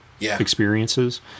experiences